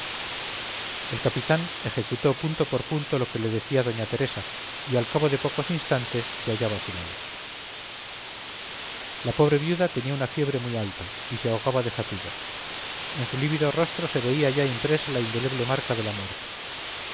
el capitán ejecutó punto por punto lo que le decía da teresa y al cabo de pocos instantes se hallaba a su lado la pobre viuda tenía una fiebre muy alta y se ahogaba de fatiga en su lívido rostro se veía ya impresa la indeleble marca de la muerte